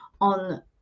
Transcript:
on